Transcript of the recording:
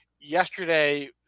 yesterday